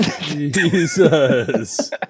Jesus